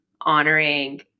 honoring